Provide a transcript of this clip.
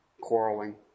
quarreling